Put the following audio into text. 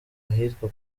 ahitwa